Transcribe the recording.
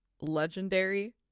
legendary